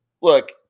look